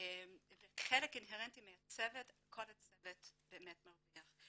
וחלק אינהרנטי מהצוות, כל הצוות מרוויח.